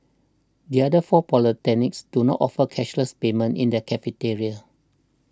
the other four polytechnics do not offer cashless payment in their cafeterias